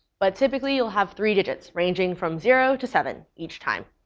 but typically, you'll have three digits ranging from zero to seven each time.